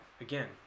again